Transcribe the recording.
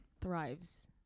thrives